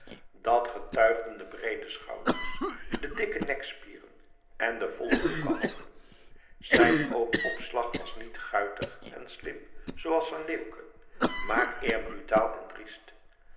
dat getuigden de breede schouders de dikke nekspieren en de volle kloeke handen zijn oogopslag was niet guitig en slim zooals van leeuwke maar eer brutaal en driest